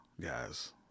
guys